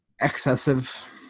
excessive